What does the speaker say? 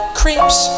creeps